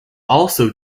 also